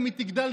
כשהיא תגדל,